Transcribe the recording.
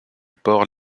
port